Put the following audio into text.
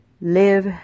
Live